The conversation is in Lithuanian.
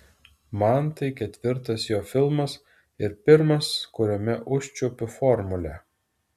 man tai ketvirtas jo filmas ir pirmas kuriame užčiuopiu formulę